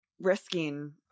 risking